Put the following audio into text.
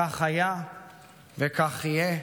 כך היה וכך יהיה